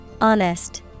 Honest